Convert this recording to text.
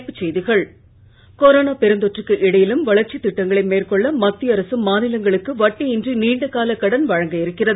தலைப்புச் செய்திகள் கொரோனா பெருந்தொற்றுக்கு இடையிலும் வளர்ச்சித் திட்டங்களை மேற்கொள்ள மத்திய அரசு மாநிலங்களுக்கு வட்டியின்றி நீண்ட கால கடன் வழங்கவிருக்கிறது